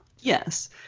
Yes